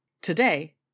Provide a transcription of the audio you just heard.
Today